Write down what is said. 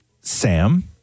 Sam